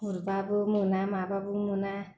गुरबाबो मोना माबाबो मोना